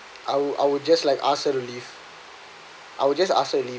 I would I would just like ask her to leave I will just ask her to leave